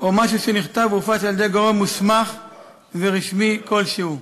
או משהו שנכתב או הופץ על-ידי גורם מוסמך ורשמי כלשהו.